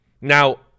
Now